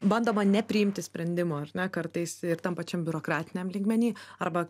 bandoma nepriimti sprendimo ir na kartais ir tam pačiam biurokratiniam lygmeny arba